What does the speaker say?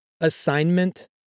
assignment